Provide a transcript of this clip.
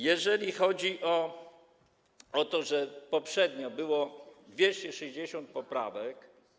Jeżeli chodzi o to, że poprzednio było 260 poprawek.